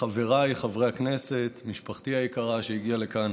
חבריי חברי הכנסת, משפחתי היקרה שהגיעה לכאן,